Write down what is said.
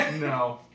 No